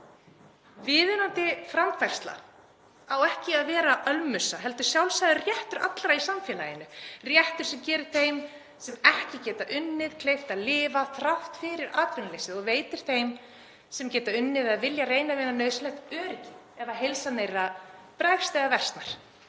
Viðunandi framfærsla á ekki að vera ölmusa heldur sjálfsagður réttur allra í samfélaginu, réttur sem gerir þeim sem ekki geta unnið kleift að lifa þrátt fyrir atvinnuleysið og veitir þeim sem geta unnið eða vilja reyna að vinna nauðsynlegt öryggi ef heilsa þeirra bregst eða versnar.